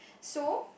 so